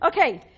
Okay